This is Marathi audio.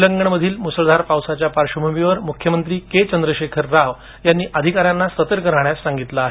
तेलंगणमधील मुसळधार पावसाच्या पार्श्वभूमीवर मुख्यमंत्री के चंद्रशेखर राव यांनी अधिकाऱ्यांना सतर्क राहण्यास सांगितलं आहे